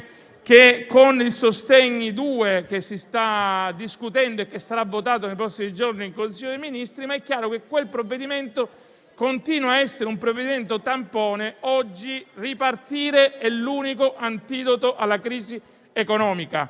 decreto sostegni due, di cui si sta discutendo e che sarà votato nei prossimi giorni in Consiglio dei ministri, ma è chiaro che quel provvedimento continua a essere una soluzione tampone. Oggi ripartire è l'unico antidoto alla crisi economica